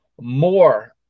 more